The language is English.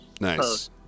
Nice